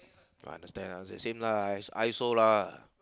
I understand lah it's the same lah I also I also lah